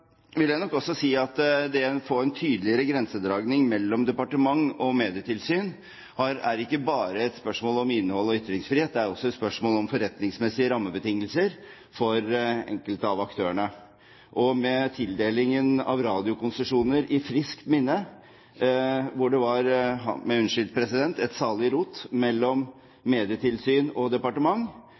vil jeg nok også si at det å få en tydeligere grensedragning mellom departement og medietilsyn er ikke bare et spørsmål om innhold og ytringsfrihet, det er også et spørsmål om forretningsmessige rammebetingelser for enkelte av aktørene. Og med tildelingen av radiokonsesjoner i friskt minne, hvor det var – ha meg unnskyldt, president – et salig rot mellom medietilsyn og departement,